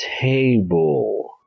table